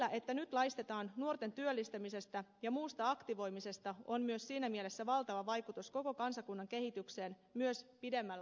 sillä että nyt laistetaan nuorten työllistämisestä ja muusta aktivoimisesta on myös siinä mielessä valtava vaikutus koko kansakunnan kehitykseen myös pidemmällä aikajänteellä